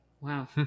Wow